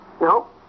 No